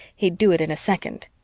he'd do it in a second.